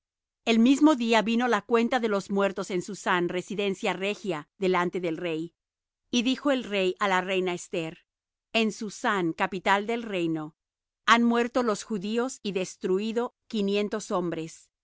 el mismo día vino la cuenta de los muertos en susán residencia regia delante del rey y dijo el rey á la reina esther en susán capital del reino han muerto los judíos y destruído quinientos hombres